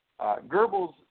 Goebbels